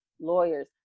lawyers